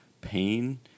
pain